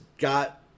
got